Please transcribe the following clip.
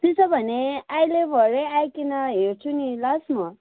त्यसो भने अहिले भरे आईकन हेर्छु नि ल म